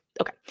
Okay